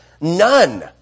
None